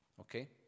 okay